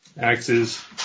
Axes